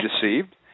deceived